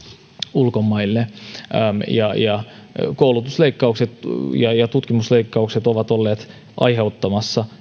ulkomaille eli koulutusleikkaukset ja ja tutkimusleikkaukset ovat olleet tätä aiheuttamassa